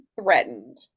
threatened